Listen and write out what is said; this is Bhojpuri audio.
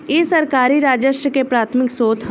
इ सरकारी राजस्व के प्राथमिक स्रोत ह